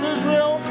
Israel